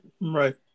Right